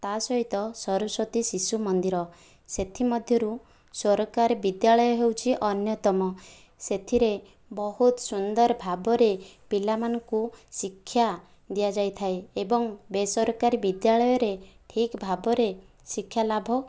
ତା'ସହିତ ସରସ୍ଵତୀ ଶିଶୁମନ୍ଦିର ସେଥିମଧ୍ୟରୁ ସରକାରୀ ବିଦ୍ୟାଳୟ ହେଉଛି ଅନ୍ୟତମ ସେଥିରେ ବହୁତ ସୁନ୍ଦର ଭାବରେ ପିଲାମାନଙ୍କୁ ଶିକ୍ଷା ଦିଆଯାଇଥାଏ ଏବଂ ବେସରକାରୀ ବିଦ୍ୟାଳୟରେ ଠିକ ଭାବରେ ଶିକ୍ଷାଲାଭ